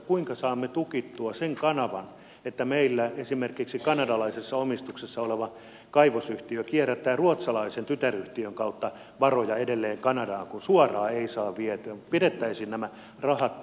kuinka saamme tukittua sen kanavan että meillä esimerkiksi kanadalaisessa omistuksessa oleva kaivosyhtiö kierrättää ruotsalaisen tytäryhtiön kautta varoja edelleen kanadaan kun suoraan ei saa vietyä kuinka pidettäisiin nämä rahat täällä